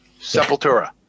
Sepultura